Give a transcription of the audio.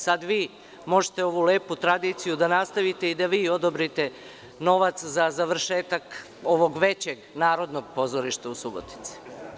Sada vi možete ovu lepu tradiciju da nastavite i da vi odobrite novac za završetak ovog većeg Narodnog pozorišta u Subotici.